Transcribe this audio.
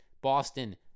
Boston